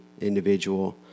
individual